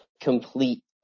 complete